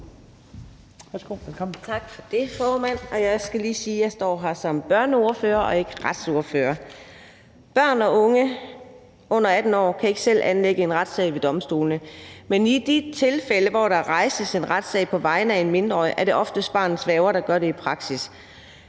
lige sige, at jeg står her som børneordfører og ikke som retsordfører. Børn og unge under 18 år kan ikke selv anlægge en retssag ved domstolene, men i de tilfælde, hvor der rejses en retssag på vegne af en mindreårig, er det oftest barnets værger, der gør det i praksis.